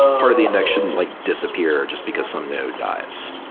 ah part of the induction like disappear just because some node dies.